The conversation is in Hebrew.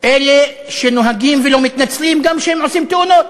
אלה שנוהגים ולא מתנצלים גם כשהם עושים תאונות.